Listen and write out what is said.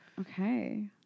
Okay